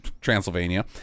Transylvania